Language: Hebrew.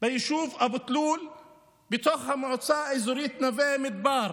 ביישוב אבו תלול בתוך המועצה האזורית נווה מדבר.